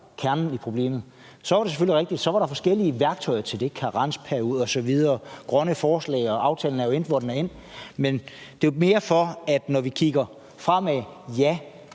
kernen i problemet. Så er det selvfølgelig rigtigt, at der var forskellige værktøjer til at håndtere det: karensperiode, grønne forslag osv. Og aftalen er jo endt, hvor den er endt. Men det er mere, når vi kigger fremad, for,